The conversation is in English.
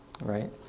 right